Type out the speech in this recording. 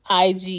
IG